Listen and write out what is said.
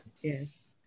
yes